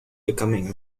becoming